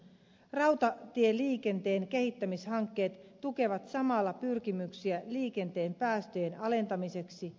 rautatieliikenteen kehittämishankkeet tukevat samalla pyrkimyksiä liikenteen päästöjen alentamiseksi